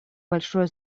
большое